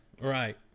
Right